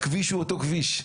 והכביש הוא אותו כביש.